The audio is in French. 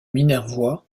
minervois